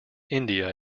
india